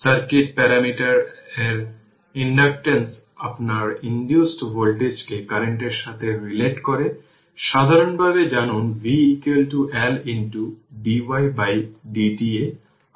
circuit parameter এর inductance আপনার induced ভোল্টেজকে কারেন্টের সাথে রিলেট করে সাধারণভাবে জানুন v L dy by dt এ আসবে